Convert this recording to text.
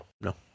no